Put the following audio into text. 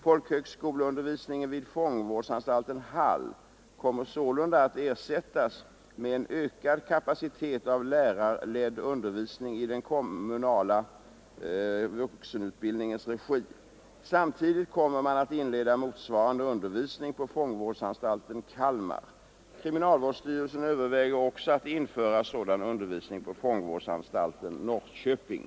Folkhögskolundervisningen vid fångvårdsanstalten Hall kommer sålunda att ersättas med en ökad kapacitet av lärarledd undervisning i den kommunala vuxenutbildningens regi. Samtidigt kommer man att inleda motsvarande undervisning på fångvårdsanstalten Kalmar. Kriminalvårdsstyrelsen överväger också att införa sådan undervisning på fångvårdsanstalten Norrköping.